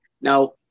Now